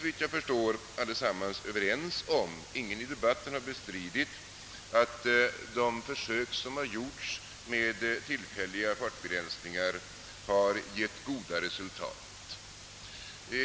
Vi är allesammans överens om — ingen har under debatten bestridit detta — att de försök som gjorts med tillfälliga fartbegränsningar har givit goda resultat.